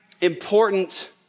important